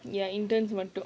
ya interns